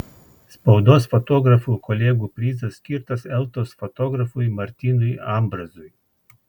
spaudos fotografų kolegų prizas skirtas eltos fotografui martynui ambrazui